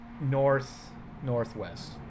north-northwest